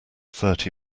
thirty